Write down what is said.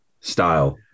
style